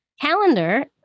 calendar